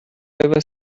was